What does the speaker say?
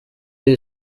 iyi